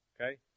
okay